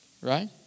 Right